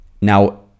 Now